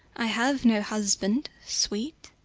i have no husband sweet,